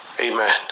Amen